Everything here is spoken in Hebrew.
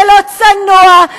ולא צנוע,